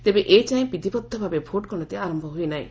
ତେବେ ଏ ଯାଏଁ ବିଦ୍ଧିବଧ ଭାବେ ଭୋଟ୍ ଗଣତି ଆରମ୍ଭ ହୋଇନାହିଁ